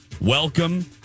Welcome